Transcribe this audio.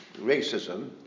racism